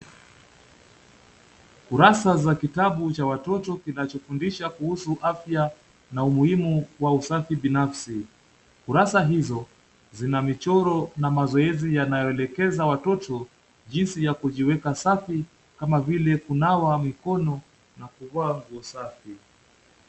Kurasa za kitabu cha watoto kinachofundisha kuhusu afya na umuhimu wa usafi binafsi. Kurasa hizo zina michoro na mazoezi yanayoelekeza watoto jinsi ya kujiweka safi kama vile kunawa mikono na kuvaa nguo safi.